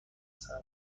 صبر